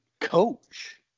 coach